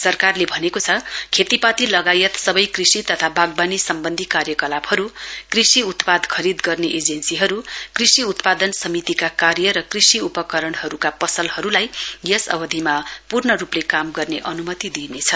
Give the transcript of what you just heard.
सरकारले भनेको छ खेतीपाती लगायत सवै कृषि तथा वाग्वानी सम्वन्धी कार्यकलापहरु कृषि उत्पाद खरीद गर्ने एजेन्सीहरु कृषि उत्पादन समतिका कार्य र कृषि उपकरणहरुका पसलहरुलाई यस अवधिमा पूर्ण रुपले काम गर्ने अनुमति दिइनेछ